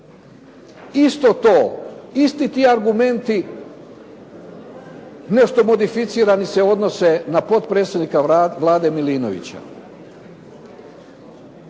Isto to, isti ti argumenti, nešto modificirani se odnose na potpredsjednika Vlade Milinovića.